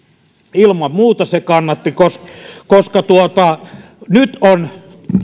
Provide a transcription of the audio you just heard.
ilman muuta se kannatti koska koska nyt on